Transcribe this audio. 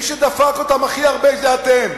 מי שדפק אותם הכי הרבה זה אתם.